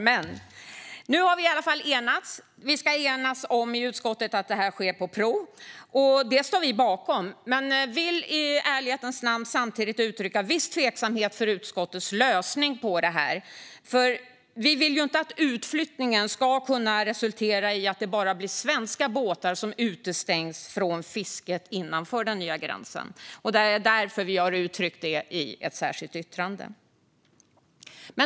Men nu har vi i utskottet enats om att detta ska ske på prov. Det står vi bakom, men vi vill i ärlighetens namn samtidigt uttrycka viss tveksamhet till utskottets lösning på detta. Vi vill ju inte att utflyttningen ska resultera i att bara svenska båtar utestängs från fisket innanför den nya gränsen. Vi har därför uttryckt detta i ett särskilt yttrande.